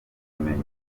ubumenyi